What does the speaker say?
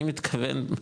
אני מתכוון,